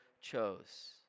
chose